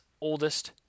oldest